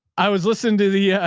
i was listening to the, yeah